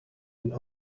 een